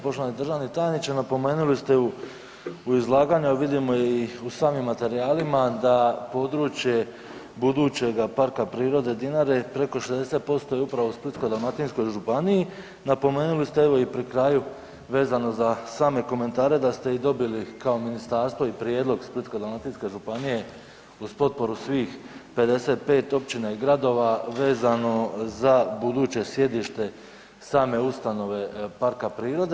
Poštovani državni tajniče, napomenuli ste u izlaganju a vidimo i u samim materijalima da područje budućeg PP „Dinare“ preko 60% je upravo u Splitsko-dalmatinskoj županiji, napomenuli ste evo i pri kraju vezano za same komentare da ste i dobili kao ministarstvo i prijedlog Splitsko-dalmatinske županije, uz potporu svih 55 općina i gradova vezano za buduće sjedište same ustanove parka prirode.